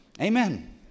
Amen